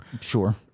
Sure